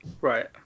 right